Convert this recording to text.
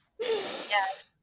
yes